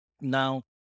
Now